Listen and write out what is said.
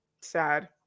Sad